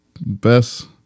best